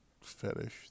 fetish